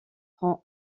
prend